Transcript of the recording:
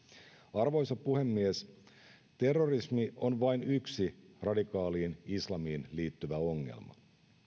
arvoisa puhemies terrorismi on vain yksi radikaaliin islamiin liittyvä ongelma